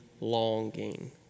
longing